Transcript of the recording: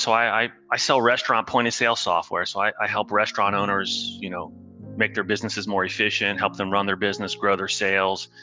so i i sell restaurant point-of-sale software, so i help restaurant owners you know make their businesses more efficient, help them run their business, grow their sales,